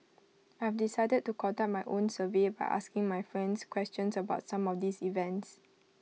I'll decided to conduct my own survey by asking my friends questions about some of these events